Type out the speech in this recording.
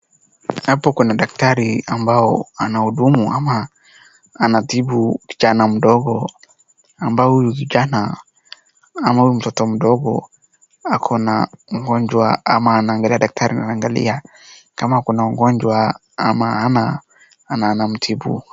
Hapa kuna daktari ambao anahudumu ama anatibu kijana mdogo ambao huyu kijana, ama huyu mtoto mdogo ako na ugonjwa ama daktari anaangalia kama kuna ugonjwa ama ana na anamtibu.